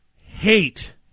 hate